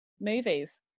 movies